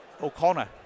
o'connor